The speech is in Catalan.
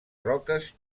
roques